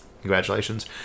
Congratulations